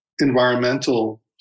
environmental